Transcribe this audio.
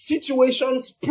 situations